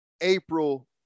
April